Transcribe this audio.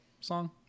song